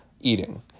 eating